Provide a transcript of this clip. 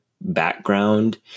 background